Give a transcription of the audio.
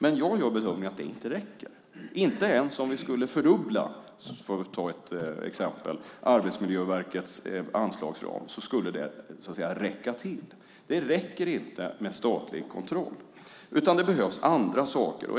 Men jag gör den bedömningen att det inte räcker. Inte ens om vi skulle fördubbla, för att ta ett exempel, Arbetsmiljöverkets anslagsram skulle det räcka till. Det räcker inte med statlig kontroll, utan det behövs andra saker.